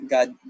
God